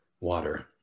water